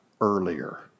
earlier